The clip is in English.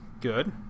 Good